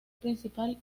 principal